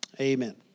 amen